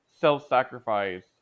Self-sacrifice